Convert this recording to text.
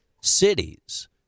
cities